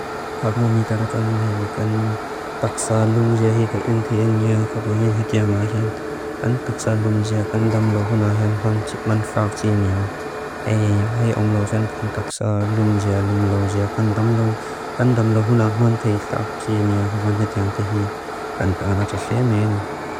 Ḥalmum i tara tran in hae kan taqsa lumziya hi ka inti in yaa Ḥabaa in hiti yaa ngaa hiant. Kan taqsa lumziya kan damlo huna hiant. Man chitman fraaq ji in yaa. Ae ohe omlozen kan taqsa lumziya lumloziya kan damlo. Kan damlo huna man pei taq ji in yaa Ḥabaan hiti yaa nta hii. Kan ta'a na tax liya meeni.